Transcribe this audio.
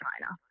china